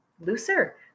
looser